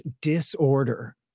Disorder